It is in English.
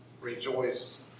rejoice